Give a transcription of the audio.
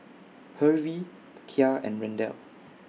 Hervey Kya and Randell